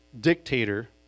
dictator